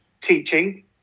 teaching